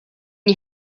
you